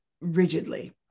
rigidly